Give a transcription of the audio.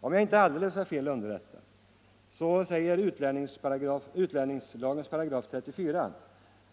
Om jag inte är alldeles fel underrättad = Fortsatt giltighet av ger utlänningslagens 34